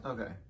Okay